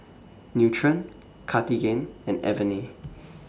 Nutren Cartigain and Avene